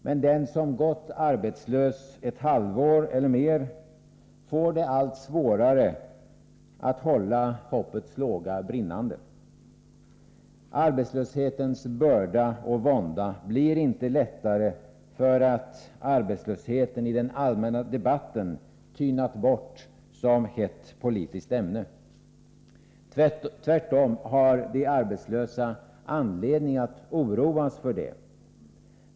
Men den som gått arbetslös ett halvår eller mer får det allt svårare att hålla hoppets låga brinnande. Arbetslöshetens börda och vånda blir inte lättare för att arbetslösheten i den allmänna debatten tynat bort som hett politiskt ämne. Tvärtom har de arbetslösa anledning att oroas för det.